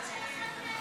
אתם הפופוליזם.